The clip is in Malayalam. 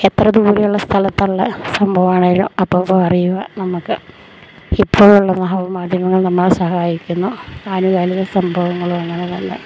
എത്ര ദൂരെയുള്ള സ്ഥലത്തുള്ള സംഭവവം ആണെങ്കിലും അപ്പപ്പം അറിയുവാൻ നമുക്ക് ഇപ്പോഴുള്ള നവമാധ്യമങ്ങൾ നമ്മളെ സഹായിക്കുന്നു ആനുകാലിക സംഭവങ്ങളും അങ്ങനെ തന്നെ